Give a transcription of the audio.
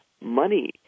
money